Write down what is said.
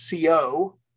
co